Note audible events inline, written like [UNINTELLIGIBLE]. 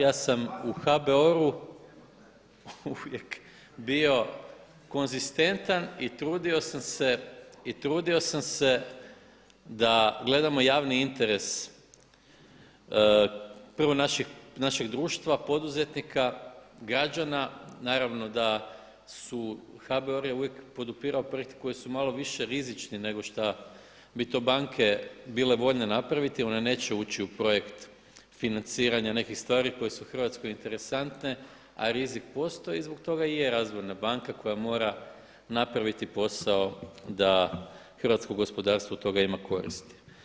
Ja sam u HBOR-u uvijek bio konzistentan i trudio sam se da gledamo javni interes prvo našeg društva, poduzetnika, građana, naravno da su, HBOR je uvijek podupirao … [UNINTELLIGIBLE] koji su malo više rizični nego šta bi to banke bile voljne napraviti, one neće ući u projekt financiranja nekih stvari koje su Hrvatskoj interesantne a rizik postoji, zbog toga i je razvojna banka koja mora napraviti posao da hrvatsko gospodarstvo od toga ima koristi.